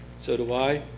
so do i.